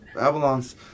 Avalon's